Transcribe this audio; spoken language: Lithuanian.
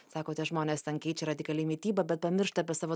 sakote žmonės ten keičia radikaliai mitybą bet pamiršta apie savo